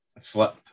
flip